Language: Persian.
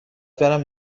برم